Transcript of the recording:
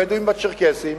הבדואים והצ'רקסים,